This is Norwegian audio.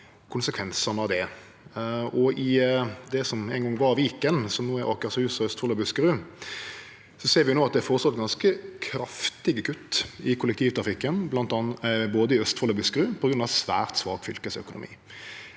I det som ein gong var Viken, som no er Akershus, Østfold og Buskerud, ser vi at det er føreslått ganske kraftige kutt i kollektivtrafikken i både Østfold og Buskerud, på grunn av svært svak fylkesøkonomi.